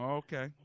okay